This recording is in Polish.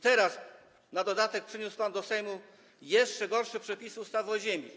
Teraz na dodatek przyniósł pan do Sejmu jeszcze gorsze przepisy ustawy o ziemi.